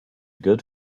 good